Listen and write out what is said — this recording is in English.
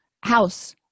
house